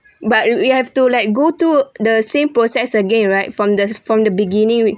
but you you have to like go through the same process again right from the from the beginning with